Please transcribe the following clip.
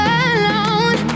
alone